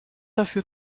dafür